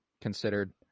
considered